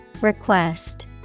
Request